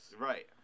right